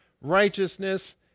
righteousness